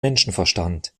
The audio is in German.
menschenverstand